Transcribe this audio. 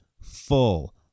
full